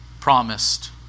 promised